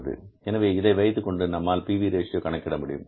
எனவே இதை வைத்துக்கொண்டு நம்மால் P V ratio PV Ratio கணக்கிட முடியும்